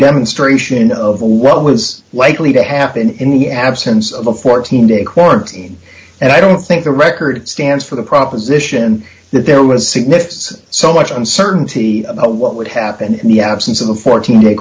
demonstration of what was likely to happen in the absence of a fourteen day quarantine and i don't think the record stands for the proposition that there was significant so much uncertainty about what would happen in the absence of a fourteen day